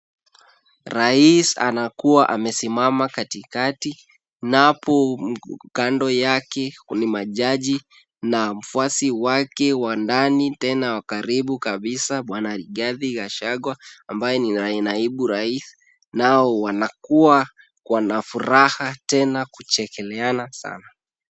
Rais anakuwa amesimama katikati, napo kando yake kuna majaji na mfuasi wake wa ndani tena wa karibu kabisa bwana Rigathi Gachagua ambaye ni naibu rais, nao wanakuwa wana furaha tena kuchekeleana sana.